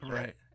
right